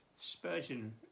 Spurgeon